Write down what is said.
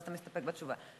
אז אתה מסתפק בתשובה.